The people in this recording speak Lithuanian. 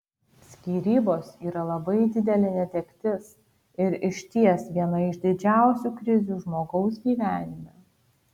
skyrybos yra labai didelė netektis ir išties viena iš didžiausių krizių žmogaus gyvenime